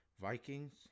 Vikings